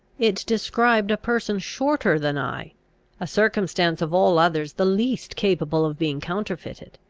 it described a person shorter than i a circumstance of all others the least capable of being counterfeited.